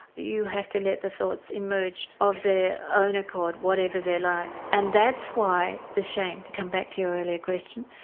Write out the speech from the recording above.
you have to let the thoughts emerge of their own accord whatever they're like and that's why the shame, to come back to your earlier question.